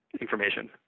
information